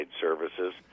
services